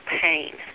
pain